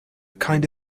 kind